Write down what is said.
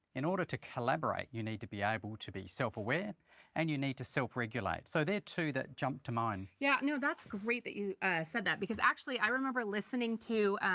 in order to collaborate, you need to be able to be self-aware and you need to self-regulate. so they're two that jump to mind. yeah you know that's great that you said that because, actually, i remember listening to